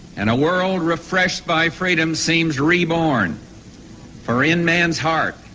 and a world refreshed by freedom seems re-born. for in man's heart,